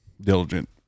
diligent